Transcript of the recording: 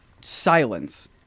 silence